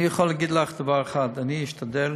אני יכול להגיד לך דבר אחד: אני אשתדל